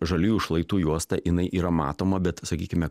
žalių šlaitų juosta jinai yra matoma bet sakykime